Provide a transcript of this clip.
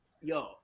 yo